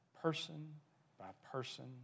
person-by-person